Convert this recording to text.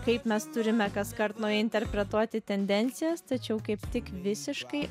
kaip mes turime kaskart nu interpretuoti tendencijas tačiau kaip tik visiškai